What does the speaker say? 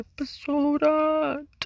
episode